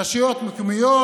רשויות מקומיות,